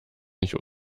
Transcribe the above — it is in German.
nicht